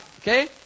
Okay